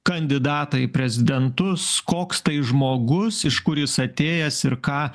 kandidatą į prezidentus koks tai žmogus iš kur jis atėjęs ir ką